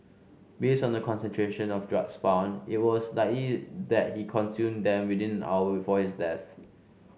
based on the concentration of drugs found it was that he consumed them within an hour before his death